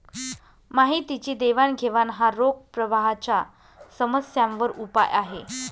माहितीची देवाणघेवाण हा रोख प्रवाहाच्या समस्यांवर उपाय आहे